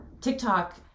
TikTok